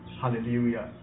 Hallelujah